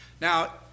Now